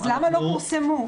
אז למה לא פורסמו?